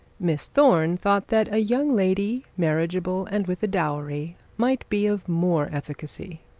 miss thorne thought that a young lady, marriageable, and with a dowry, might be of more efficacy.